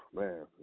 man